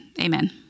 amen